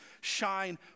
shine